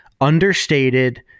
understated